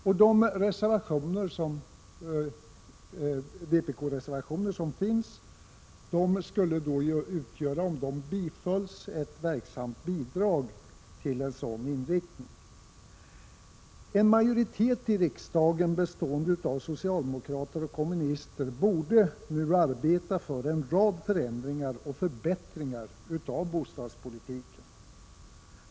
De vpk-reservationer som finns i betänkandet skulle, om de bifölls, utgöra ett verksamt bidrag till en sådan inriktning. En majoritet i riksdagen bestående av socialdemokrater och kommunister borde nu arbeta för en rad förändringar och förbättringar av bostadspolitiken.